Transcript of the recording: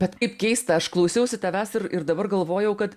bet kaip keista aš klausiausi tavęs ir ir dabar galvojau kad